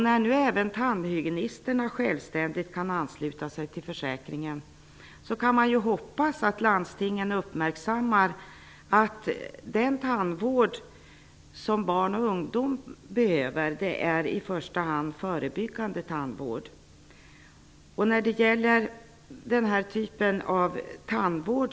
När nu även tandhygienisterna självständigt kan ansluta sig till försäkringen kan man hoppas att landstingen uppmärksammar att barn och ungdom i första hand behöver förebyggande tandvård.